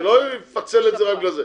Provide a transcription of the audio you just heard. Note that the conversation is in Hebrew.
אני לא אפצל את זה רק לזה.